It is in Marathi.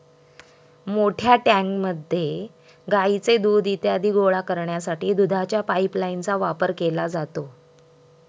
मोठ्या टँकमध्ये गाईचे दूध इत्यादी गोळा करण्यासाठी दुधाच्या पाइपलाइनचा वापर केला जातो